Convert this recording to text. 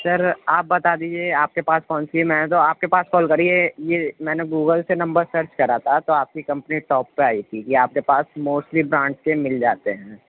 سر آپ بتا دیجیے آپ کے پاس کونسی ہے میں نے تو آپ کے پاس کال کری ہے یہ میں نے گوگل سے نمبر سرچ کرا تھا تو آپ کی کمپنی ٹاپ پہ آئی تھی یہ آپ کے پاس موسٹلی برانڈ کے مِل جاتے ہیں